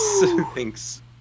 Thanks